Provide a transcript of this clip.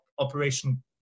Operation